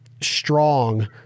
strong